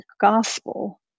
gospel